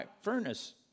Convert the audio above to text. furnace